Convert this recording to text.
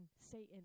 Satan